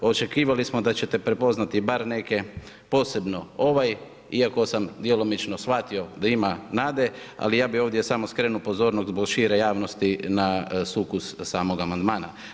Očekivali smo da ćete prepoznati bar neke, posebno ovaj, iako sam djelomično shvatio da ima nade, ali ja bih ovdje samo skrenuo pozornost zbog šire javnosti na sukus samog amandmana.